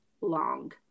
long